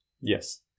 Yes